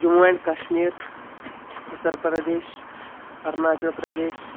Jammu and Kashmir Uttar Pradesh Arunachal Pradesh